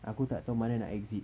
aku tak tahu mana nak exit